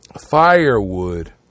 firewood